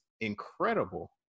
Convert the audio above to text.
incredible